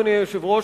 אדוני היושב-ראש,